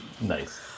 Nice